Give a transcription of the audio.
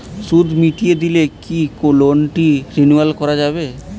সুদ মিটিয়ে দিলে কি লোনটি রেনুয়াল করাযাবে?